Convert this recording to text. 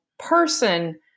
person